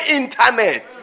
internet